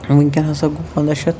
وُنکٮ۪ن ہسا گوٚو پَنٛداہ شیٚتھ